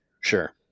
Sure